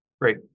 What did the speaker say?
Great